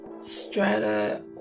Strata